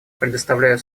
предоставляю